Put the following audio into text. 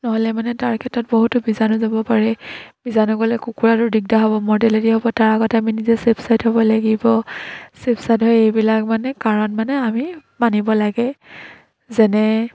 নহ'লে মানে তাৰ ক্ষেত্ৰত বহুতো বীজাণু যাব পাৰে বীজাণু গ'লে কুকুৰাটোৰ দিগদাৰ হ'ব মৰ্টেলিটি হ'ব তাৰ আগতে আমি নিজে চেফচাইড হ'ব লাগিব চেফচাইড হয় এইবিলাক মানে কাৰণ মানে আমি মানিব লাগে যেনে